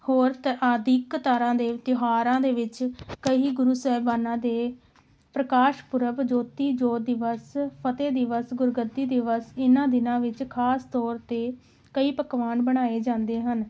ਹੋਰ ਤ ਆਦਿ ਇੱਕ ਤਰ੍ਹਾਂ ਦੇ ਤਿਉਹਾਰਾਂ ਦੇ ਵਿੱਚ ਕਈ ਗੁਰੂ ਸਾਹਿਬਾਨਾਂ ਦੇ ਪ੍ਰਕਾਸ਼ ਪੁਰਬ ਜੋਤੀ ਜੋਤ ਦਿਵਸ ਫਤਿਹ ਦਿਵਸ ਗੁਰਗੱਦੀ ਦਿਵਸ ਇਹਨਾਂ ਦਿਨਾਂ ਵਿੱਚ ਖਾਸ ਤੌਰ 'ਤੇ ਕਈ ਪਕਵਾਨ ਬਣਾਏ ਜਾਂਦੇ ਹਨ